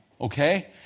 Okay